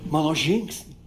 mano žingsnį